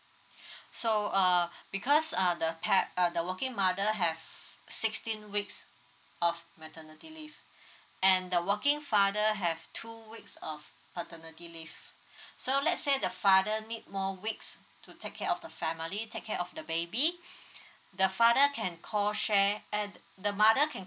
so uh because uh the pa~ uh the working mother have sixteen weeks of maternity leave and the working father have two weeks of paternity leave so let's say the father need more weeks to take care of the family take care of the baby the father can call share and the mother can